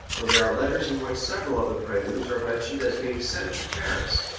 for there are letters in which several of the preludes are mentioned as being sent to paris,